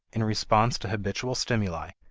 in response to habitual stimuli,